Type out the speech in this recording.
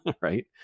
Right